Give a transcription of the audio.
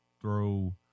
throw